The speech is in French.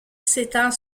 s’étend